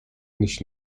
nicht